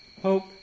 hope